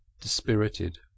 dispirited